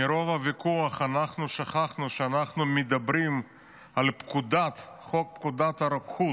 מרוב הוויכוח אנחנו שכחנו שאנחנו מדברים על חוק פקודת הרוקחות,